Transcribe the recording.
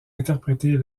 interpréter